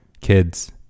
kids